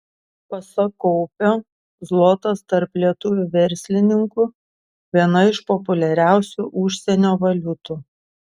pasak kaupio zlotas tarp lietuvių verslininkų viena iš populiariausių užsienio valiutų